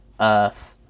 Earth